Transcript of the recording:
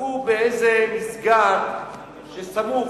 פגעו באיזה מסגד סמוך,